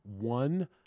One